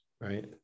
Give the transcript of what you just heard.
right